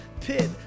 pit